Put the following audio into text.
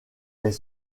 est